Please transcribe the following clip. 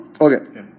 Okay